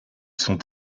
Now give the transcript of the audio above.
sont